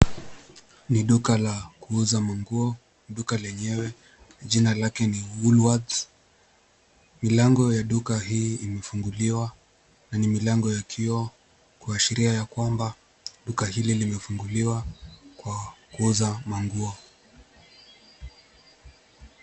Ni duka la kuuza manguo. Duka lenyewe jina lake ni Woolworths. Milango ya duka hii imefuguliwa na ni milango ya kioo kuashiria ya kwamba duka hili limefuguliwa kwa kuuza manguo